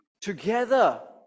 together